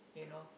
you know